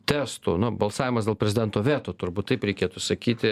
testų nu balsavimas dėl prezidento veto turbūt taip reikėtų sakyti